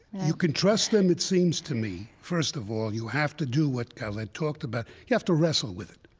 you can trust them, it seems to me first of all, you have to do what khaled talked about. you have to wrestle with it.